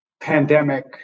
pandemic